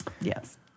Yes